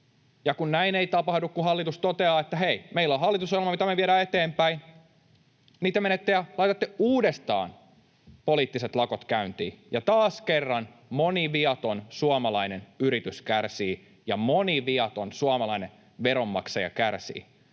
Ja kun näin ei tapahdu, kun hallitus toteaa, että hei, meillä on hallitusohjelma, mitä me viedään eteenpäin, niin te menette ja laitatte uudestaan poliittiset lakot käyntiin. Ja taas kerran moni viaton suomalainen yritys kärsii ja moni viaton suomalainen veronmaksaja kärsii.